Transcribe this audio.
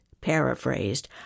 paraphrased